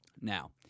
Now